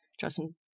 Justin